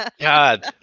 God